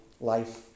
life